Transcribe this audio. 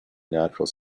natural